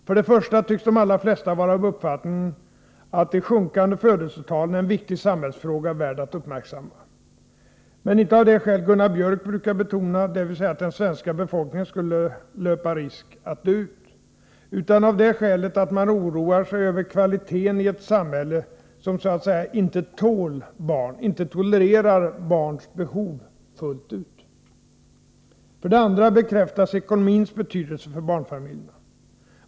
För det första tycks de allra flesta vara av uppfattningen att de sjunkande födelsetalen är en viktig samhällsfråga värd att uppmärksamma. Men inte av det skäl Gunnar Biörck brukar betona — dvs. att den svenska befolkningen skulle löpa risk att dö ut — utan av det skälet att man oroar sig över kvaliteten i ett samhälle som så att säga inte ”tål” barn, inte tolererar barns behov fullt ut. För det andra bekräftas ekonomins betydelse för barnfamiljerna.